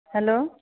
hello